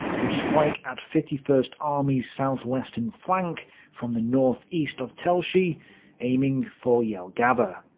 would strike at fifty first army's southwestern flank from the north-east of telsiai, aiming for yeah jelgava.